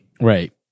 Right